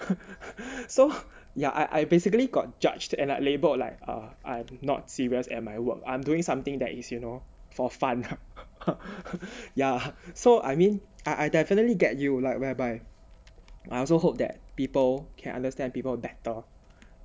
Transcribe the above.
so yeah I I basically got judged and like labeled like ah I'm not serious at my work I'm doing something that is you know for fun ya so I mean I I definitely get you like whereby I also hope that people can understand people better